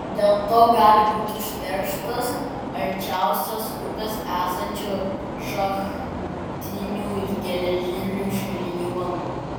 dėl to gali būti užterštas arčiausiai upės esančių šachtinių ir gręžtinių šulinių vanduo